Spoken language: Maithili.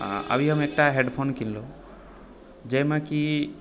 अभी हम एकटा हेडफोन किनलहुँ जाहिमे कि